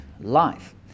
life